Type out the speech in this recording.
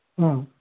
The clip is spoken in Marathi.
हां